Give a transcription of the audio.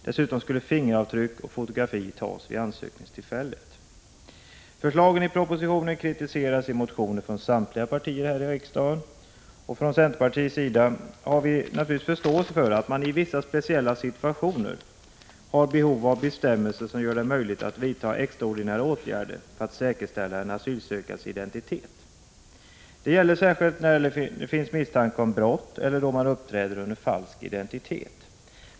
Dessutom skulle fingeravtryck och fotografi tas vid ansökningstillfället. Förslagen i propositionen kritiserades i motioner från samtliga partier här i riksdagen. Från centerpartiets sida har vi naturligtvis förståelse för att man i vissa speciella situationer har behov av bestämmelser som gör det möjligt att vidta extraordinära åtgärder för att säkerställa en asylsökandes identitet. Det gäller särskilt när det finns misstanke om brott eller om att vederbörande uppträder under falsk identitet.